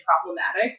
problematic